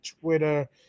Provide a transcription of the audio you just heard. Twitter